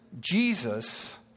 Jesus